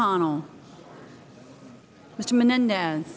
mcconnell which menendez